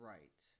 Right